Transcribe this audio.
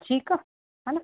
ठीकु आहे हान